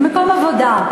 זה מקום עבודה,